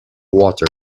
water